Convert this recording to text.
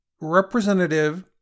Representative